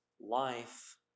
life